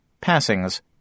Passings